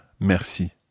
Merci